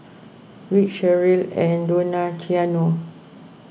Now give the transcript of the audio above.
Rich Sheryll and Donaciano